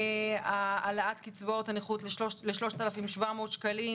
העלאת קצבאות הנכות ל-3,700 שקלים,